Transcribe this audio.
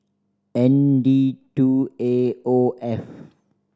N D two A O F